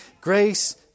Grace